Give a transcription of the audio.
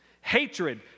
Hatred